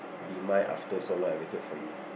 be mine after so long I waited for you